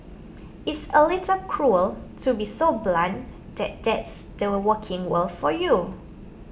it's a little cruel to be so blunt that that's the working world for you